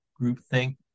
Groupthink